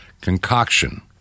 concoction